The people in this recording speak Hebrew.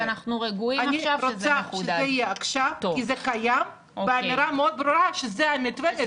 אני רוצה שזה יהיה עכשיו כי זה קיים ואמירה מאוד ברורה שזה המתווה.